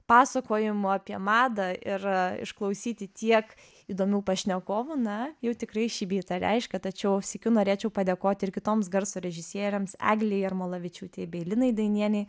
pasakojimų apie madą ir išklausyti tiek įdomių pašnekovų na jau tikrai šį bei tą reiškia tačiau sykiu norėčiau padėkoti ir kitoms garso režisierėms eglei jarmolavičiūtei bei linai dainienei